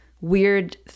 weird